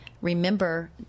remember